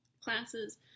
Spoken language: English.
classes